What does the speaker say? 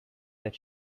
that